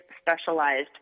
specialized